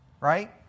Right